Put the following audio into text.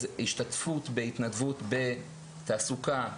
השתתפות בהתנדבות בתעסוקה.